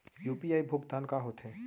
UPI भुगतान का होथे?